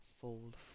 fold